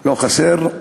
לא חסרות.